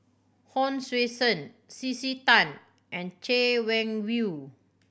Hon Sui Sen C C Tan and Chay Weng Yew